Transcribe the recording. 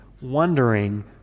wondering